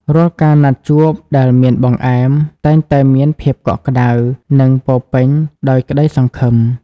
រាល់ការណាត់ជួបដែលមានបង្អែម តែងតែមានភាពកក់ក្ដៅ និងពោរពេញដោយក្តីសង្ឃឹម។